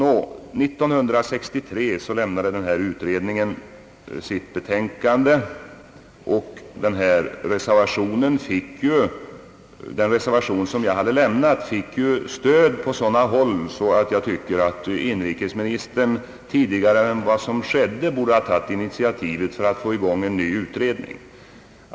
År 1963 lämnade utredningen sitt betänkande, och min reservation fick faktiskt stöd på sådana håll, att jag tycker att inrikesministern tidigare än som skedde borde ha tagit initiativ för att få i gång en ny utredning.